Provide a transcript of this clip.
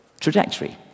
trajectory